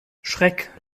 schreck